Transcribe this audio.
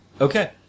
Okay